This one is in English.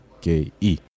K-E